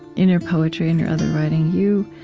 in your poetry, in your other writing, you